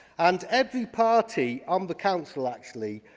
and every party on the council, actually,